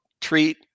treat